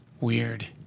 Weird